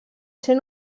ser